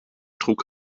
trug